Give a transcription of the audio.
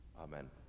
Amen